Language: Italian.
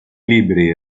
libri